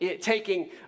taking